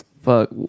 fuck